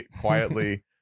quietly